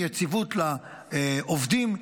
יציבות לעובדים,